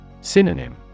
Synonym